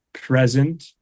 present